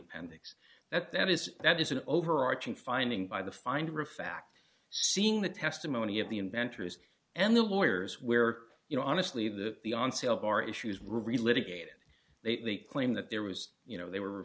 appendix that that is that is an overarching finding by the find refactor seeing the testimony of the inventors and the lawyers where you know honestly the the on sales are issues relive again and they claim that there was you know they were